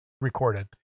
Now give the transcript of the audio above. recorded